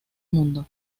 mundo